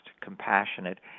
compassionate